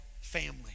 family